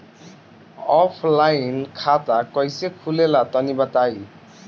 Offline खाता कइसे खुलेला तनि बताईं?